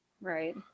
right